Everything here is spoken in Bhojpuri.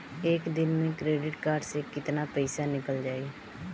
एक दिन मे क्रेडिट कार्ड से कितना पैसा निकल जाई?